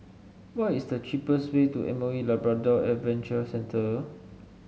what is the cheapest way to M O E Labrador Adventure Centre